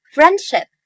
Friendship